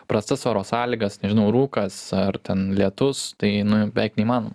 prastas oro sąlygas nežinau rūkas ar ten lietus tai nu beveik neįmanoma